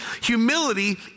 humility